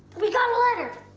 we got a letter!